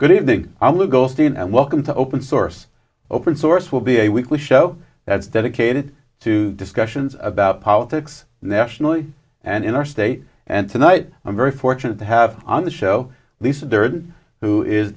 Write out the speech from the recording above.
good evening i'm lou goldstein and welcome to open source open source will be a weekly show that's dedicated to discussions about politics nationally and in our state and tonight i'm very fortunate to have on the show lisa who is